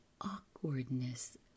awkwardness